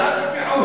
על-פי חוק.